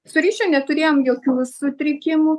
su ryšiu neturėjom jokių sutrikimų